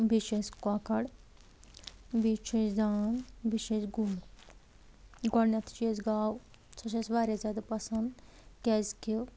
بیٚیہِ چھُ اسہِ کۄکر بیٚیہِ چھ اسہِ داند بیٚیہِ چھِ اسہِ گُر گۄڈنٮ۪تھے چھِ اسہِ گاو سۄ چھِ اسہِ واریاہ زیادٕ پسند کیازِ کہِ